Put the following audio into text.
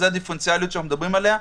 זו הדיפרנציאליות שאנחנו מדברים עליה.